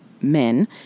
men